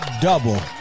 double